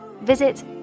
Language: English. Visit